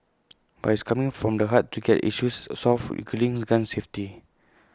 but he's coming from the heart to get issues solved including gun safety